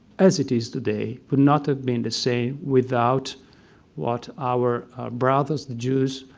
as it is today, would not have been the same without what our brothers, the jews,